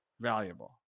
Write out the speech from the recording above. valuable